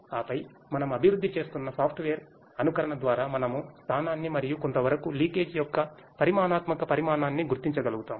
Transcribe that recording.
ఆపై మనము అభివృద్ధి చేస్తున్న సాఫ్ట్వేర్ అనుకరణ ద్వారా మనము స్థానాన్ని మరియు కొంతవరకులీకేజీయొక్క పరిమాణాత్మక పరిమాణాన్ని గుర్తించగలుగుతాము